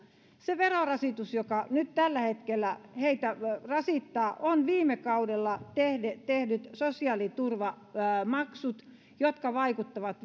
se verorasitus joka nyt tällä hetkellä heitä rasittaa ovat viime kaudella tehdyt tehdyt sosiaaliturvamaksut jotka vaikuttavat